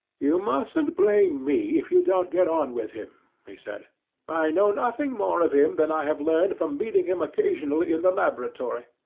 you mustn't blame me if you don't get on with him, he said i know nothing more of him than i have learned from meeting him occasionally in the laboratory.